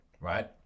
right